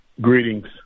Greetings